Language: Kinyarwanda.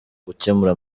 gukemura